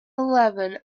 eleven